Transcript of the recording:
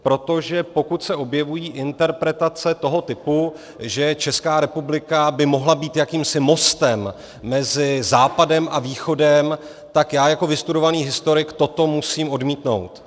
Protože pokud se objevují interpretace toho typu, že Česká republika by mohla být jakýmsi mostem mezi Západem a Východem, tak já jako vystudovaný historik toto musím odmítnout.